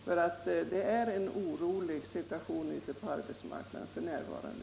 Det är f. n. en orolig situation på arbetsmarknaden i Borlänge.